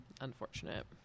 unfortunate